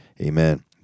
Amen